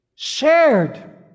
shared